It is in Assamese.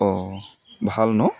অঁ ভাল ন